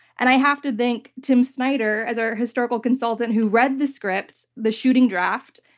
and i have to thank tim snyder as our historical consultant who read the script, the shooting draft,